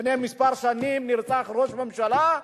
לפני כמה שנים נרצח ראש ממשלה.